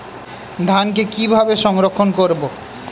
ধানকে কিভাবে সংরক্ষণ করব?